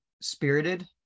Spirited